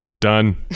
Done